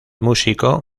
músico